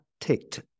ticked